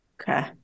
Okay